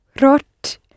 Rot